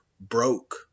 broke